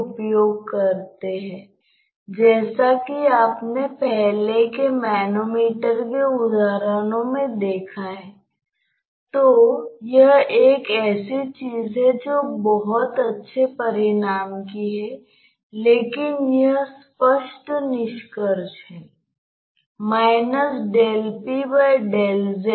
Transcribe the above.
इसलिए जब आपके पास इस पार कोई शुद्ध प्रवाह नहीं है तो केवल यह एक शुद्ध प्रवाह है